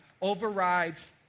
overrides